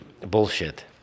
bullshit